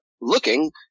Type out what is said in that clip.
looking